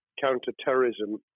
counter-terrorism